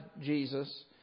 Jesus